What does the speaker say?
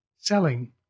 Selling